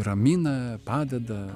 ramina padeda